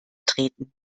treten